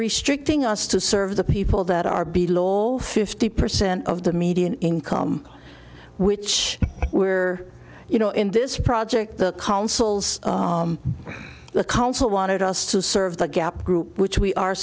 restricting us to serve the people that are be law fifty percent of the median income which we're you know in this project the councils the council wanted us to serve the gap group which we are